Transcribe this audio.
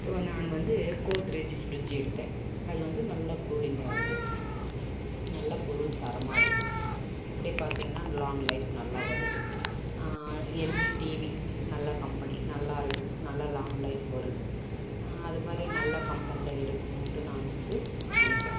இப்போது நான் வந்து கோத்ரேஜ் ஃபிரிட்ஜ் எடுத்தேன் அது வந்து நல்லா கூலிங் ஆகுது நல்லா பொருள் தரமாக இருக்கு அப்படியே பார்த்தீங்கன்னா லாங் லைஃப் நல்லா வருது எல்ஜி டிவி நல்ல கம்பெனி நல்லா இருக்கு நல்லா லாங் லைஃப் வருது அதுமாதிரி நல்ல கம்பெனியில் எடுக்கணுன்ட்டு நான் வந்து நினைக்கிறேன்